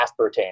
aspartame